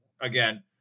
again